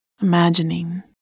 Imagining